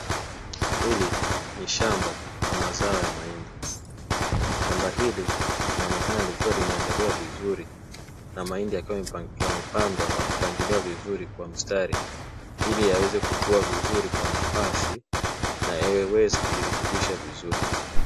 Hili ni shamba la mazao ya mahindi, shamba hili linaonekana likiwa limeandaliwa vizuri na mahindi yakiwa yamepandwa na kupangilia vizuri kwa mistari ili yaweze kukua vizuri kwa nafasi na yaweza kujirekebisha vizuri.